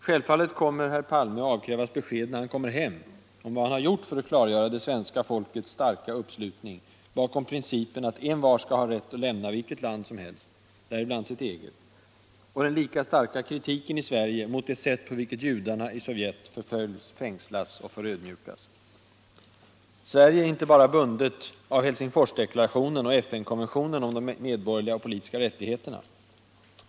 Självfallet kommer herr Palme att avkrävas besked, när han återvänder hem, om vad han har gjort för att klargöra det svenska folkets starka uppslutning bakom principen att envar skall ha rätt att lämna vilket land som helst, däribland sitt eget, och den lika starka kritiken i Sverige mot det sätt på vilket judarna i Sovjet förföljs, fängslas och förödmjukas. Sverige är inte bara bundet av Helsingforsdeklarationen och FN-konventionen om de medborgerliga och politiska rättigheterna.